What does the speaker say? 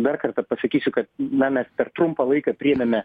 dar kartą pasakysiu kad na mes per trumpą laiką priėmėme